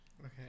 Okay